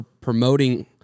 promoting